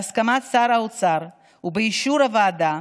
בהסכמת שר האוצר ובאישור הוועדה,